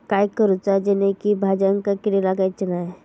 काय करूचा जेणेकी भाजायेंका किडे लागाचे नाय?